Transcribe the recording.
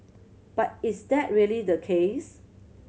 but is that really the case